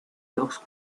dos